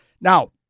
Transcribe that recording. now